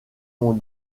mon